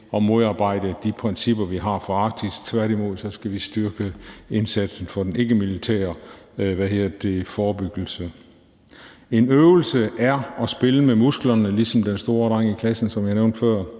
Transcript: at modarbejde de principper, vi har for Arktis. Tværtimod skal vi styrke indsatsen for den ikkemilitære forebyggelse. En øvelse er at spille med musklerne ligesom den store dreng i klassen, som jeg nævnte før,